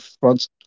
front